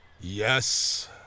Yes